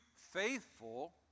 Faithful